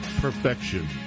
Perfection